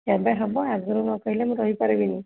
କେବେ ହେବ ଆଗରୁ ନ କହିଲେ ମୁଁ ରହିପାରିବିନି